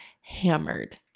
hammered